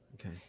Okay